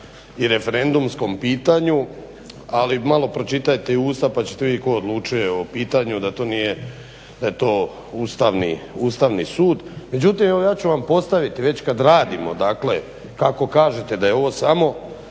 i referendumskom pitanju, ali malo pročitajte Ustav pa ćete vidjeti tko odlučuje o pitanju da je to Ustavni sud. Međutim, evo ja ću vam postaviti već kad radimo dakle kako kažete da je ovo samo